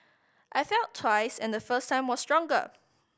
I felt twice and the first was stronger